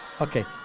Okay